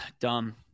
dumb